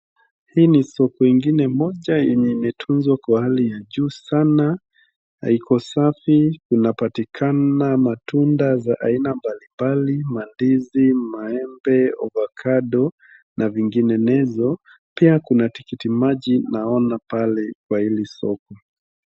Hii ni soko ingine moja yenye imetunzwa kwa hali ya juu sana. Iko safi, kuna patikana matunda za aina mbali mbali, mandizi maembe, avocadco , na vingininezo., Pia kuna tikiti maji naona pale kwa hili soko.